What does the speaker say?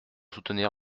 soutenir